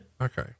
okay